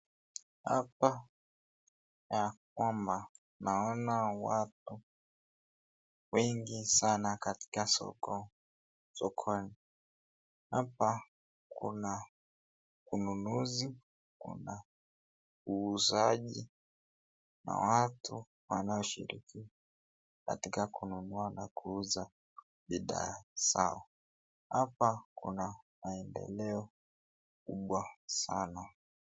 Hapa ya kwamba naona watu wengi sana katika soko. Hapa kuna ununuzi, kuna uzaji na watu wanashiriki katika kununua na kuuza bidhaa sawa. Hapa kuna maendeleo kubwa sana.